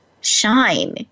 shine